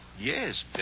Yes